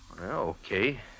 Okay